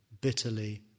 bitterly